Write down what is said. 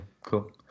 cool